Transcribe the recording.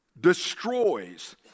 destroys